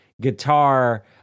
guitar